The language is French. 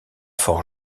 fort